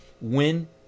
Win